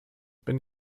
bin